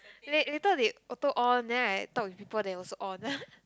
la~ later they auto on then I talk with people they also on